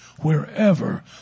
wherever